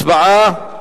הצבעה.